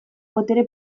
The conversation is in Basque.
botere